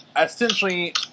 essentially